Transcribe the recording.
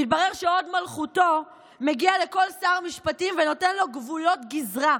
מתברר שהוד מלכותו מגיע לכל שר משפטים ונותן לו גבולות גזרה.